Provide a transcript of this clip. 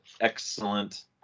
excellent